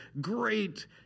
great